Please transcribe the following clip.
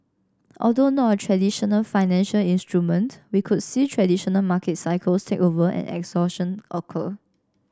although not a traditional financial instrument we could see traditional market cycles take over and exhaustion occur